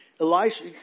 Elijah